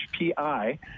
HPI